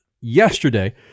yesterday